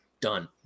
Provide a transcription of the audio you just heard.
done